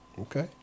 Okay